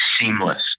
seamless